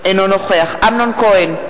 אינו נוכח אמנון כהן,